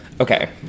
Okay